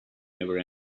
never